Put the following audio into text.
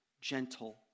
gentle